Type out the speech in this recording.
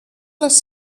les